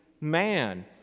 man